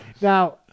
now